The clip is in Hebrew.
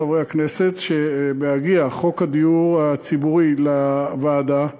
לחברי הכנסת: בהגיע חוק הדיור הציבורי לוועדה,